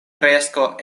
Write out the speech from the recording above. kresko